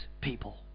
people